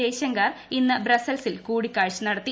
ജയശങ്കർ ഇന്ന് ബ്രസ്സൽസിൽ കൂടിക്കാഴ്ച നടത്തി